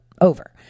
Over